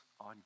on